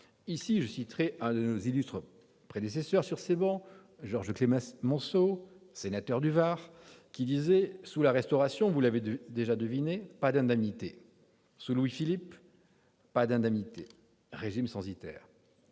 Ici, je citerai l'un de nos illustres prédécesseurs sur ces bancs, Georges Clemenceau, sénateur du Var :« Sous la Restauration, vous l'avez déjà deviné, pas d'indemnité. Sous Louis-Philippe, pas d'indemnité. Régime censitaire.